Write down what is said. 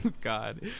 God